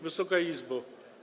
Wysoka Izbo!